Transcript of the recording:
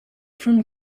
from